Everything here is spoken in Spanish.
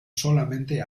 solamente